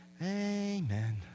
Amen